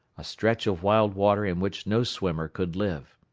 a stretch of wild water in which no swimmer could live.